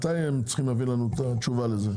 מתי הם צריכים להביא לנו את התשובה לזה?